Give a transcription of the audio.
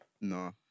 No